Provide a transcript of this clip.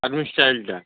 army স্টাইলটা